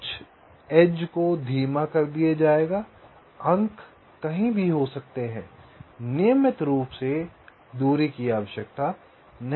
कुछ किनारों को धीमा कर दिया जाएगा अंक कहीं भी हो सकते हैं नियमित रूप से दूरी की आवश्यकता नहीं है